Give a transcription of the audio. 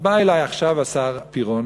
אז בא אלי עכשיו השר פירון,